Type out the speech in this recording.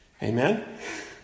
Amen